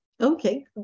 Okay